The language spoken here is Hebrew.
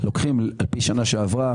לוקחים על פי שנה שעברה,